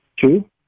Two